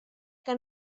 que